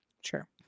Sure